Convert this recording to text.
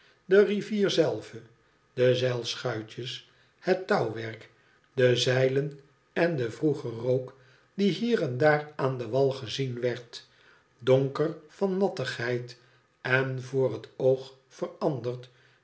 de rivier zelve de zeilschuitjes het touwwerk de zeilen en de vroege rook die hier en daar aan den wal gezien werd donker van nattigheid en voor het oog veranderd